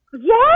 Yes